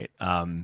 right